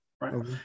right